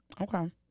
Okay